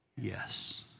yes